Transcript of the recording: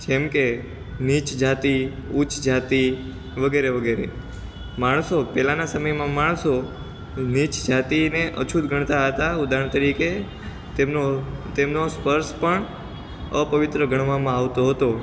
જેમકે નીચ જાતિ ઉચ્ચ જાતિ વગેરે વગેરે માણસો પહેલાના સમયમાં માણસો નીચ જાતિને અછૂત ગણતાં હતા ઉદાહરણ તરીકે તેમનો તેમનો સ્પર્શ પણ અપવિત્ર ગણવામાં આવતો હતો